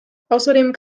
außerdem